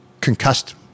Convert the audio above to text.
concussed